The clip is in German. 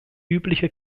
übliche